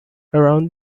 around